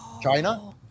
China